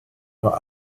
nur